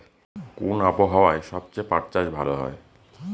কোন আবহাওয়ায় সবচেয়ে পাট চাষ ভালো হয়?